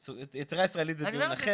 יצירה ישראלית זה דיון אחר.